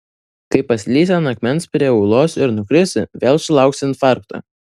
kai paslysi ant akmens prie ūlos ir nukrisi vėl sulauksi infarkto